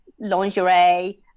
lingerie